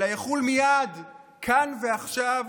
אלא יחול מייד, כאן ועכשיו,